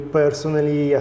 personally